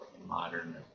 Modern